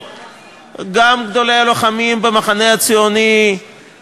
גם גדולי הלוחמים במחנה הציוני,